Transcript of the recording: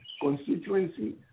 constituency